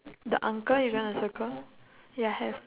the uncle you want to circle ya have